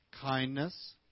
kindness